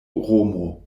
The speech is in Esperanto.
romo